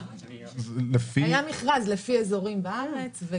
היה מכרז לפי אזורים בארץ.